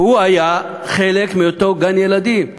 הוא היה חלק מאותו גן-ילדים.